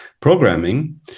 programming